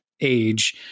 age